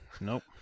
Nope